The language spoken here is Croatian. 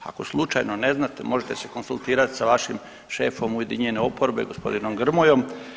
Ako slučajno ne znate možete se konzultirati sa vašim šefom ujedinjene oporbe gospodinom Grmojom.